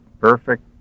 perfect